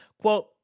Quote